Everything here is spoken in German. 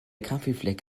kaffeefleck